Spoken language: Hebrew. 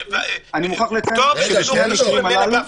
אני מוכרח לציין שבשני המישורים הללו